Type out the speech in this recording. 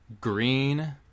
green